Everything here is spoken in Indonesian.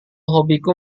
hobiku